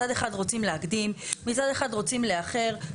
מצד אחד רוצים להקדים, מצד אחד רוצים לאחר.